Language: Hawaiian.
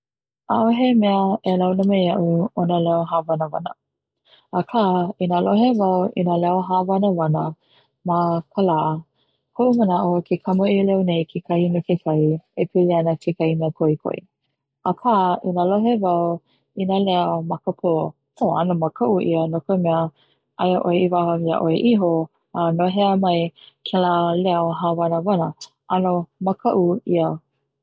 ʻAʻohe mea e launa me iaʻu o na leo hāwanawana aka i na lohe wau i na leo hāwanawana ma ka lā koʻu manaʻo ke kamaʻilio nei me kekahi me kekahi e pili ana kekahi mea koʻikoʻi aka i nā lohe wau i nā leo ma ka pō, ʻano makaʻu no ka mea aia iāʻoe i waho iāʻ oe iho a no hea mai kela leo hāwanawana ʻano makaʻu ʻia.